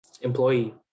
employee